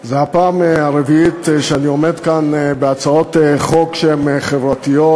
זו הפעם הרביעית שאני עומד כאן בהצעות חוק שהן חברתיות,